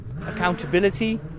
accountability